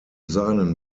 seinen